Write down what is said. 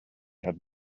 had